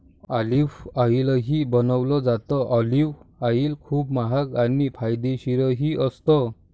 olive ऑईलही बनवलं जातं, ऑलिव्ह ऑईल खूप महाग आणि फायदेशीरही असतं